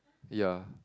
ya